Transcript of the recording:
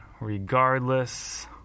regardless